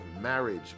marriage